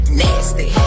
nasty